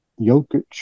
Jokic